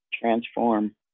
transform